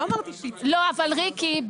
לא, אבל, ריקי,